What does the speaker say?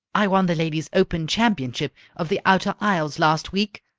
i won the ladies' open championship of the outer isles last week,